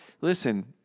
listen